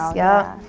yeah.